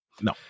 no